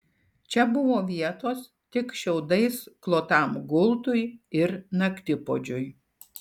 čia buvo vietos tik šiaudais klotam gultui ir naktipuodžiui